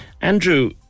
Andrew